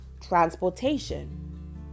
transportation